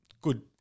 good